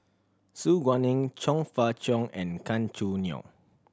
Su Guaning Chong Fah Cheong and Gan Choo Neo